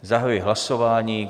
Zahajuji hlasování.